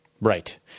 Right